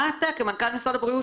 מה אתה עושה כמנכ"ל משרד הבריאות